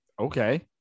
okay